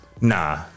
Nah